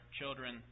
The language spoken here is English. children